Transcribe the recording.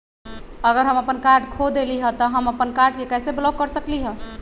अगर हम अपन कार्ड खो देली ह त हम अपन कार्ड के कैसे ब्लॉक कर सकली ह?